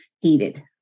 heated